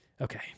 Okay